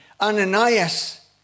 Ananias